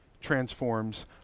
transforms